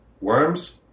worms